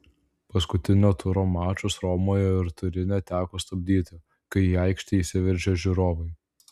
paskutinio turo mačus romoje ir turine teko stabdyti kai į aikštę įsiveržė žiūrovai